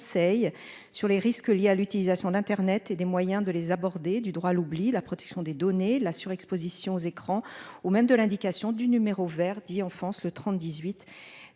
sur les risques liés à l'utilisation d'Internet et des moyens de les aborder du droit à l'oubli, la protection des données, la surexposition aux écrans ou même de l'indication du numéro Vert dit en France le 30